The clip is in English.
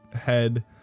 head